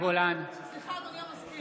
סליחה, אדוני המזכיר.